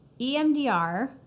EMDR